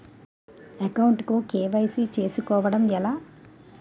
Account కు KYC చేసుకోవడం ఎలా?